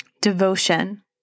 devotion